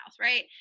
right